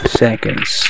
seconds